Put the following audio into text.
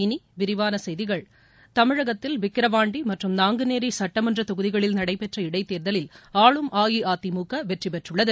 இனி விரிவான செய்திகள் தமிழகத்தில் விக்கிரவாண்டி மற்றும் நாங்குநேரி சட்டமன்றத் தொகுதிகளில் நடைபெற்ற இடைத்தேர்தலில் ஆளும் அஇஅதிமுக வெற்றிபெற்றுள்ளது